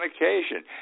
occasion